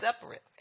separate